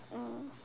mm